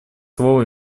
слово